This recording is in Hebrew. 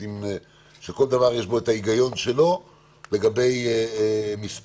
שכל דבר יש בו את ההיגיון שלו לגבי מספר